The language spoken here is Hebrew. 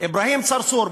אברהים צרצור,